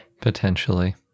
Potentially